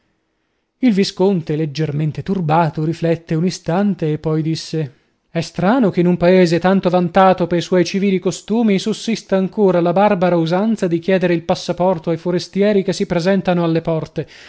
il visconte leggermente turbato riflette un istante e poi disse è strano che in un paese tanto vantato pei suoi civili costumi sussista ancora la barbara usanza di chiedere il passaporto ai forestieri che si presentano alle porte